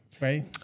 right